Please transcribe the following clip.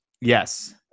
Yes